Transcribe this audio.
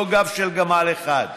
לא גב של גמל אחד.